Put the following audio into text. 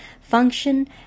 function